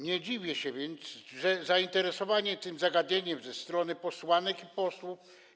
Nie dziwię się więc, że jest zainteresowanie tym zagadnieniem ze strony posłanek i posłów.